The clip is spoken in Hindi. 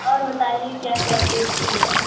और बताइये क्या क्या बेचती हैं